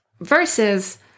versus